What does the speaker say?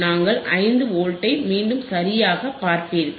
நீங்கள் 5 வோல்ட்ஸை மீண்டும் சரியாகப் பார்ப்பீர்கள்